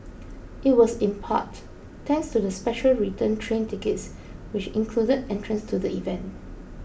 it was in part thanks to the special return train tickets which included entrance to the event